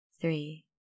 three